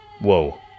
Whoa